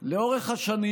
לאורך השנים,